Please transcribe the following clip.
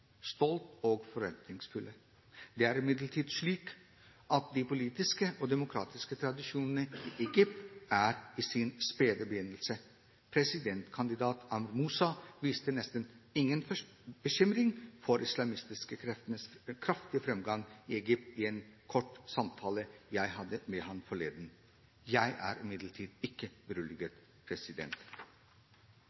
og forventningsfulle. Det er imidlertid slik at de politiske og demokratiske tradisjonene i Egypt er i sin spede begynnelse. Presidentkandidat Amr Moussa viste nesten ingen bekymring for de islamistiske kreftenes kraftige framgang i Egypt, i en kort samtale jeg hadde med han forleden. Jeg er imidlertid ikke